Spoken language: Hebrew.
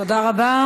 תודה רבה.